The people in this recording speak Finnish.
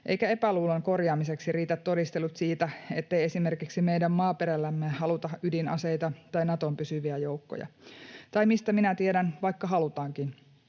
Eivätkä epäluulon korjaamiseksi riitä todistelut siitä, ettei esimerkiksi meidän maaperällemme haluta ydinaseita tai Naton pysyviä joukkoja — tai mistä minä tiedän vaikka halutaankin,